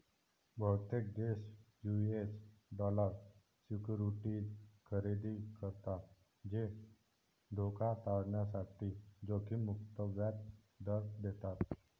बहुतेक देश US dollar securities खरेदी करतात जे धोका टाळण्यासाठी जोखीम मुक्त व्याज दर देतात